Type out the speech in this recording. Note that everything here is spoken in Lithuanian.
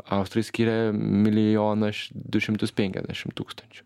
austrai skiria milijoną š du šimtus penkiasdešim tūkstančių